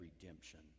redemption